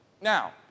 Now